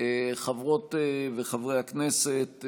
חברות וחברי הכנסת,